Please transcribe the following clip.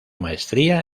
maestría